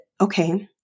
okay